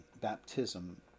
baptism